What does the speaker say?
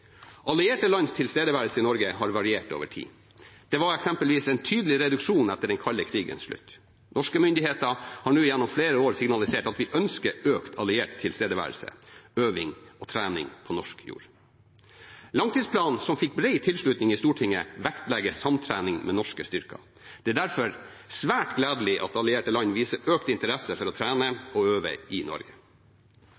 Allierte lands tilstedeværelse i Norge har variert over tid. Det var eksempelvis en tydelig reduksjon etter den kalde krigens slutt. Norske myndigheter har nå gjennom flere år signalisert at vi ønsker økt alliert tilstedeværelse, øving og trening på norsk jord. Langtidsplanen, som fikk bred tilslutning i Stortinget, vektlegger samtrening med norske styrker. Det er derfor svært gledelig at allierte land viser økt interesse for å trene